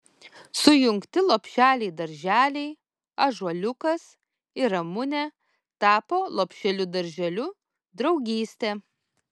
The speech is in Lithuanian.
sujungti lopšeliai darželiai ąžuoliukas ir ramunė tapo lopšeliu darželiu draugystė